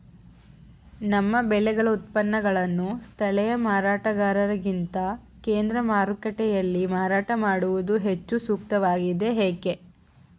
ನಮ್ಮ ಬೆಳೆಗಳ ಉತ್ಪನ್ನಗಳನ್ನು ಸ್ಥಳೇಯ ಮಾರಾಟಗಾರರಿಗಿಂತ ಕೇಂದ್ರ ಮಾರುಕಟ್ಟೆಯಲ್ಲಿ ಮಾರಾಟ ಮಾಡುವುದು ಹೆಚ್ಚು ಸೂಕ್ತವಾಗಿದೆ, ಏಕೆ?